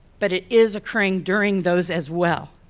but it is occurring during those as well.